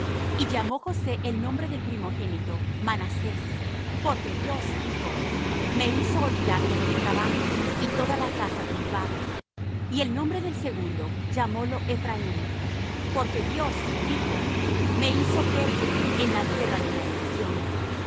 y llamó josé el nombre del primogénito manasés porque dios dijo me hizo olvidar todo mi trabajo y toda la casa de mi padre y el nombre del segundo llamólo ephraim porque dios dijo me hizo fértil en la tierra de mi aflicción